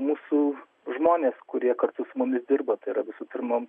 mūsų žmonės kurie kartu su mumis dirba tai yra visų pirma